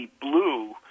Blue